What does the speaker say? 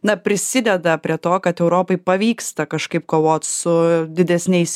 na prisideda prie to kad europai pavyksta kažkaip kovot su didesniais